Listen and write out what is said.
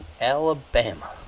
Alabama